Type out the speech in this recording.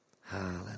Hallelujah